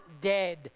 dead